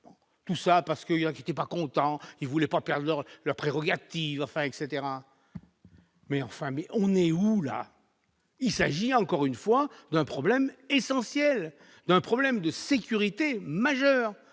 tout ça parce que y était pas content, il voulait pas perdre leurs prérogatives, enfin etc, mais enfin, mais on est où là il s'agit encore une fois d'un problème essentiel d'un problème de sécurité majeur